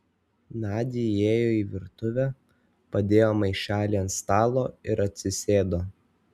nadia įėjo į virtuvę padėjo maišelį ant stalo ir atsisėdo